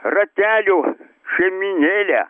ratelio šeimynėlę